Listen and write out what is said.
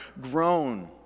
grown